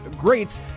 great